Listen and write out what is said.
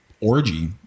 orgy